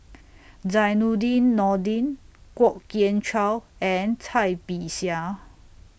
Zainudin Nordin Kwok Kian Chow and Cai Bixia